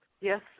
Yes